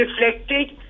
reflected